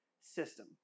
system